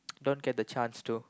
don't get the chance to